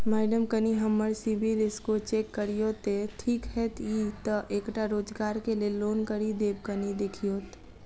Madam कनि हम्मर CIBIL score check करियो तेँ ठीक हएत ई तऽ एकटा रोजगार केँ लैल लोन करि देब कनि देखीओत?